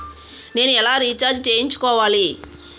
నేను ఎలా రీఛార్జ్ చేయించుకోవాలి?